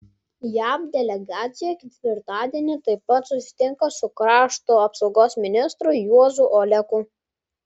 jav delegacija ketvirtadienį taip pat susitinka su krašto apsaugos ministru juozu oleku